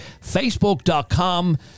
facebook.com